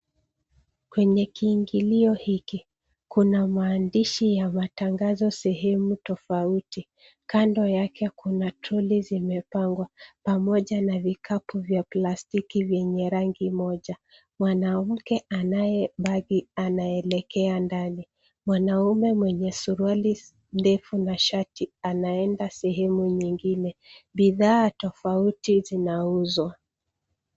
Kwenye kiingilio hiki kuna maandishi ya matangazo sehemu tofauti. Kando yake kuna trolley zimepangwa pamoja na vikapu vya plastiki vyenye rangi moja. Mwanamke anaye bagi anaelekea ndani. Mwanaume mwenye suruali ndefu na shati anaenda sehemu nyingine. Bidhaa tofauti zinauzwa.